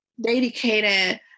dedicated